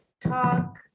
talk